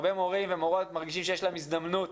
הרבה מורים ומורות מרגישים שיש להם הזדמנות